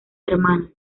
hermanas